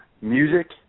music